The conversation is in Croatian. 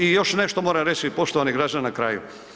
I još nešto moram reći poštovani građani na kraju.